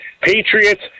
Patriots